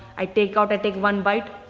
i take out, i take one bite,